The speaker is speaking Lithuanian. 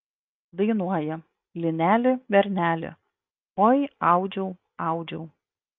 dainuoja lineli berneli oi audžiau audžiau